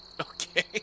Okay